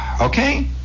Okay